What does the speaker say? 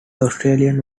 australian